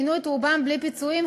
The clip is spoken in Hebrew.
פינו את רובם בלי פיצויים,